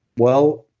well,